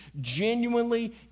genuinely